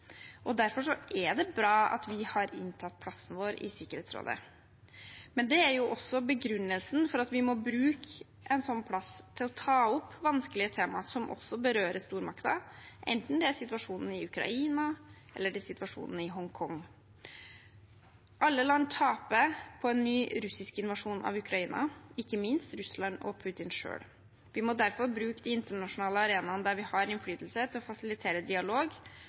Derfor er det bra at vi har inntatt plassen i Sikkerhetsrådet. Men det er også begrunnelsen for at vi må bruke en sånn plass til å ta opp vanskelige tema som berører stormakter, enten det er situasjonen i Ukraina, eller det er situasjonen i Hongkong. Alle land taper på en ny russisk invasjon av Ukraina, ikke minst Russland og Putin selv. Vi må derfor bruke de internasjonale arenaene der vi har innflytelse, til å fasilitere dialog,